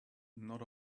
not